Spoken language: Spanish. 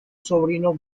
sobrino